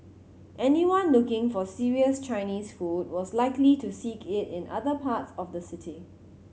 anyone looking for serious Chinese food was likely to seek it in other parts of the city